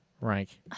Rank